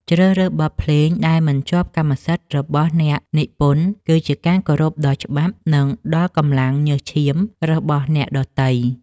ជ្រើសរើសបទភ្លេងដែលមិនជាប់កម្មសិទ្ធិរបស់អ្នកនិពន្ធគឺជាការគោរពដល់ច្បាប់ និងដល់កម្លាំងញើសឈាមរបស់អ្នកដទៃ។